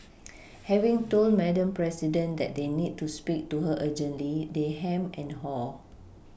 having told Madam president that they need to speak to her urgently they hem and haw